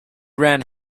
ran